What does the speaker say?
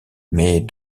mais